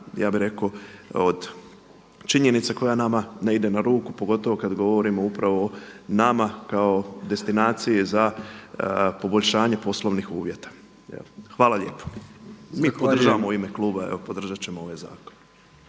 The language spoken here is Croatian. ja bih rekao od činjenica koja nama ne ide na ruku pogotovo kad govorimo upravo nama kao destinaciji za poboljšanje poslovnih uvjeta. Hvala lijepo. Mi podržavamo u ime kluba, evo podržat ćemo ovaj zakon.